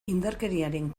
indarkeriaren